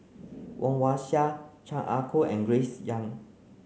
Woon Wah Siang Chan Ah Kow and Grace Young